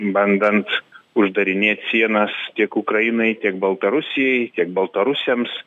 bandant uždarinėt sienas tiek ukrainai tiek baltarusijai tiek baltarusiams